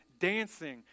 dancing